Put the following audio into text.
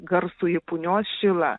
garsųjį punios šilą